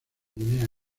guinea